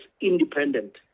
independent